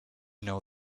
know